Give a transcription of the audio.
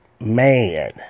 Man